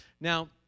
Now